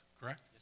correct